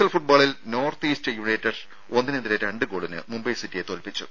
L ഫുട്ബോളിൽ North East United ഒന്നിനെതിരെ രണ്ട് ഗോളിന് മുംബൈസിററിയെ തോൽപ്പിച്ചു